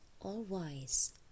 all-wise